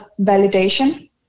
validation